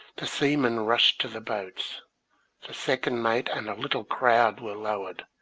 the seamen rushed to the boats. the second mate and a little crowd were lowered,